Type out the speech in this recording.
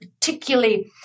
particularly